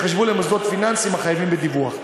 אם הם ייחשבו למוסדות פיננסיים החייבים בדיווח.